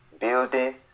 building